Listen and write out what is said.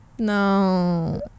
no